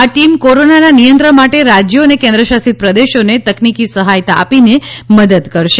આ ટીમ કોરોનાના નિયંત્રણ માટે રાજ્યો અને કેન્દ્રશાશિત પ્રદેશોને તકનિકી સહાયતા આપીને મદદ કરશે